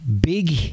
big